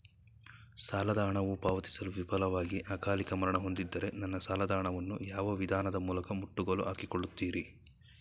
ಸಾಲದ ಹಣವು ಪಾವತಿಸಲು ವಿಫಲವಾಗಿ ಅಕಾಲಿಕ ಮರಣ ಹೊಂದಿದ್ದರೆ ನನ್ನ ಸಾಲದ ಹಣವನ್ನು ಯಾವ ವಿಧಾನದ ಮೂಲಕ ಮುಟ್ಟುಗೋಲು ಹಾಕಿಕೊಳ್ಳುತೀರಿ?